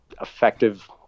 effective